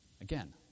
again